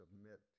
submit